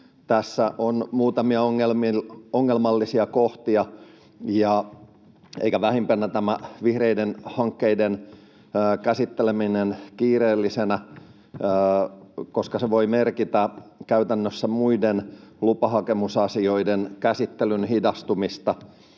Tässä on muutamia ongelmallisia kohtia, eikä vähimpänä tämä vihreiden hankkeiden käsitteleminen kiireellisenä, koska se voi merkitä käytännössä muiden lupahakemusasioiden käsittelyn hidastumista.